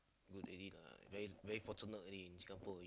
good they did lah very very fortunate already in Singapore